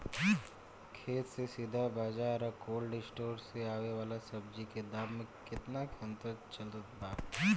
खेत से सीधा बाज़ार आ कोल्ड स्टोर से आवे वाला सब्जी के दाम में केतना के अंतर चलत बा?